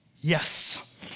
Yes